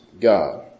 God